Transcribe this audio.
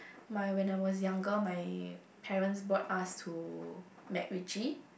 my when I was younger my parents brought us to MacRitchie